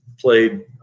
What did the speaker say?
played